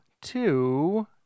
two